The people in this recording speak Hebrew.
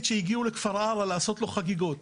שהגיעו לכפר עארה לעשות לו חגיגות.